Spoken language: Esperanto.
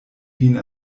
vin